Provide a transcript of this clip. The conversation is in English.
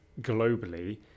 globally